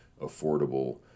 affordable